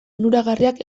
onuragarriak